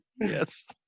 Yes